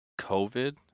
COVID